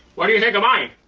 what do you think of mine?